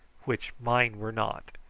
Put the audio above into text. which mine were not.